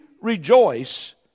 rejoice